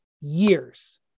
years